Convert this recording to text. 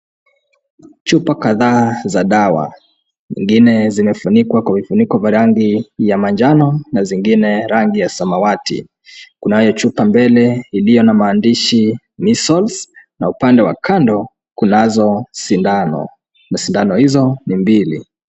Chupa kadhaa za dawa zingine zimefunikwa kwa vifuniko vya rangi ya manjano na zingine rangi ya samawati. Kunayo chupa mbele iliyo na maandishi measles na upande wa kando kunazo sindano na sindano hizo ni mbili.